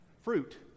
Fruit